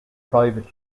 private